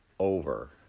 over